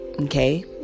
okay